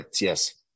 Yes